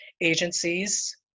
agencies